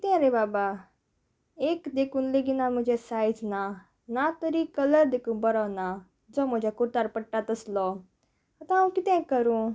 कितें रे बाबा एक देखून लेगीना म्हजे सायज ना ना तरी कलर देखून बरो ना जो म्हज्या कुर्तार पडटा तसलो आतां हांव कितें करूं